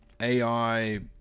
AI